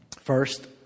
First